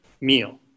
meal